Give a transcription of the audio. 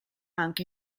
anche